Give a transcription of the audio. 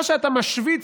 מה שאתה משוויץ,